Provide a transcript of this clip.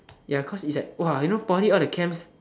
ya cause it's you know poly all the chemicals